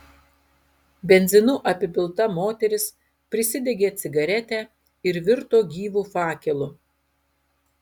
benzinu apipilta moteris prisidegė cigaretę ir virto gyvu fakelu